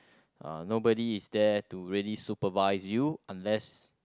uh nobody is there to really supervise you unless